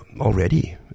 already